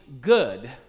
good